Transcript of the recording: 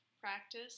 practice